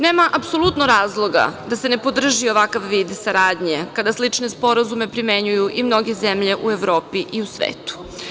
Nema apsolutno razloga da se ne podrži ovakav vid saradnje kada slične sporazume primenjuju i mnoge zemlje u Evropi i u svetu.